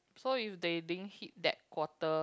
so if they didn't hit that quota